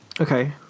okay